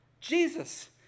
Jesus